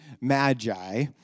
magi